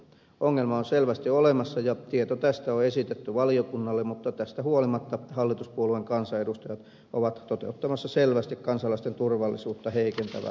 ongelma on selvästi olemassa ja tieto tästä on esitetty valiokunnalle mutta tästä huolimatta hallituspuolueen kansanedustajat ovat toteuttamassa selvästi kansalaisten turvallisuutta heikentävän uudistuksen